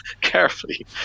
carefully